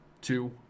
two